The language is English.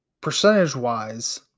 percentage-wise